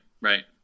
right